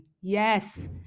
Yes